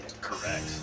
Correct